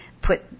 put